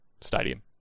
stadium